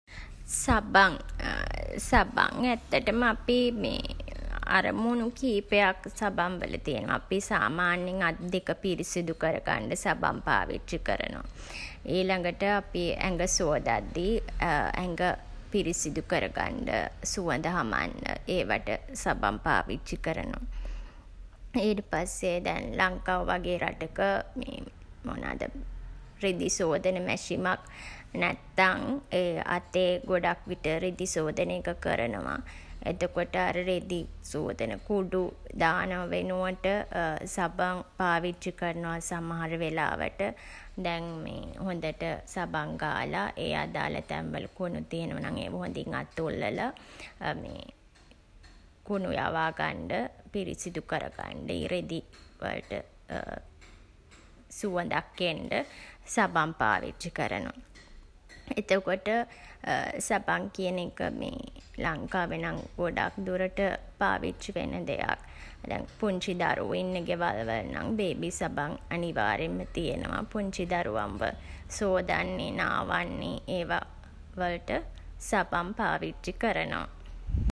සබන් සබන් ඇත්තටම අපි අරමුණු කීපයක් සබන් වල තියනවා. අපි සාමාන්‍යයෙන් අත් දෙක පිරිසිදු කරගන්ඩ සබන් පාවිච්චි කරනවා. ඊළඟට අපි ඇඟ සෝදද්දී ඇඟ පිරිසිදු කරගන්න සුවඳ හමන්න ඒවට සබන් පාවිච්චි කරනවා. ඊට පස්සේ දැන් ලංකාව වගේ රටක මොනාද රෙදි සෝදන මැෂිමක් නැත්තන් ඒ අතේ ගොඩක් විට රෙදි සෝදන එක කරනවා. එතකොට අර රෙදි සෝදන කුඩු දානවා වෙනුවට සබන් පාවිච්චි කරනවා සමහර වෙලාවට. දැන් මේ හොඳට සබන් ගාලා ඒ අදාළ තැන් වල කුණු තියෙනවා නම් ඒවා හොඳින් අතුල්ලලා මේ කුණු යවාගන්ඩ පිරිසිදු කරගන්ඩ ඒ රෙදි වලට සුවඳක් එන්ඩ සබන් පාවිච්චි කරනවා. එතකොට සබන් කියන එක මේ ලංකාවේ නම් ගොඩක් දුරට පාවිච්චි වෙන දෙයක්. දැන් පුංචි දරුවෝ ඉන්න ගෙවල්වල නම් බේබි සබන් අනිවාර්යෙන්ම තියනවා. පුංචි දරුවන්ව සොදන්නේ, නාවන්නේ ඒවා වලට සබන් පාවිච්චි කරනවා.